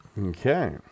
Okay